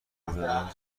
بزنه